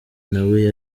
nawe